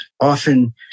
often